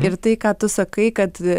ir tai ką tu sakai kad